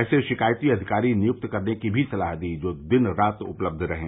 ऐसे शिकायत अधिकारी नियुक्त करने की भी सलाह दी जो दिन रात उपलब्ध रहें